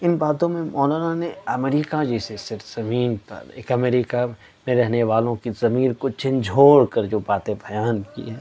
ان باتوں میں مولانا نے امریکہ جیسی سرزمین پر ایک امریکہ میں رہنے والوں کی ضمیر کو جھنجھوڑ کر جو باتیں بیان کی ہیں